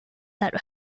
that